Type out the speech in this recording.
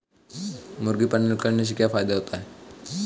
मुर्गी पालन करने से क्या फायदा होता है?